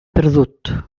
perdut